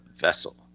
vessel